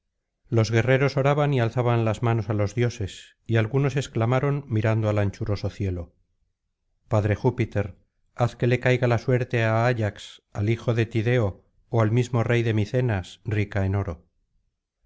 los guerreros oraban y alzaban las manos á los dioses y algunos exclamaron mirando al anchuroso cielo padre júpiter haz que le caiga la suerte á ayax al hijo de tideo ó al mismo rey de micenas rica en oro